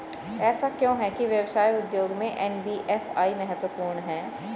ऐसा क्यों है कि व्यवसाय उद्योग में एन.बी.एफ.आई महत्वपूर्ण है?